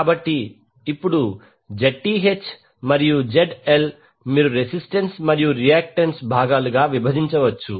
కాబట్టి ఇప్పుడు Zth మరియు ZL మీరు రెసిస్టెన్స్ మరియు రియాక్టెన్స్ భాగాలుగా విభజించవచ్చు